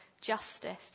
justice